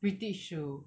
british 输